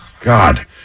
God